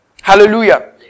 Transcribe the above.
Hallelujah